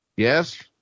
Yes